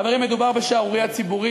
חברים, מדובר בשערורייה ציבורית.